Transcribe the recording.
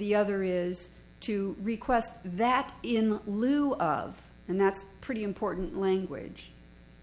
the other is to request that in lieu of and that's pretty important language